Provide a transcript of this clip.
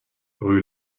rue